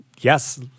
Yes